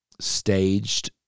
staged